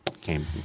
came